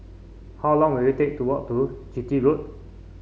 how long will it take to walk to Chitty Road